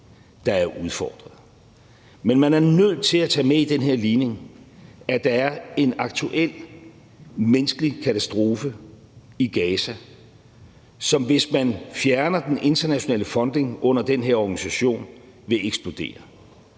der er udfordret. Men man er nødt til at tage med i den her ligning, at der er en aktuel menneskelig katastrofe i Gaza, som vil eksplodere, hvis man fjerner den internationale funding under den her organisation. Det er